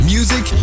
Music